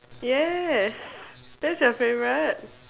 yes that's your favorite